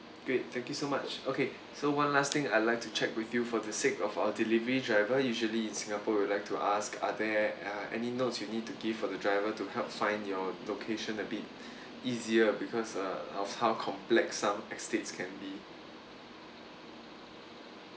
great thank you so much okay so one last thing I'd like to check with you for the sake of our delivery driver usually in singapore we would like to ask are there uh any notes you need to give for the driver to help find your location a bit easier because uh of how complex some estates can be